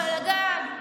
בלגן.